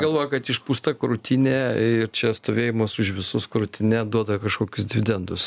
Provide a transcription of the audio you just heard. galvoja kad išpūsta krūtinė ir čia stovėjimas už visus krūtine duoda kažkokius dividendus